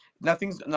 nothing's